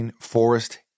Forest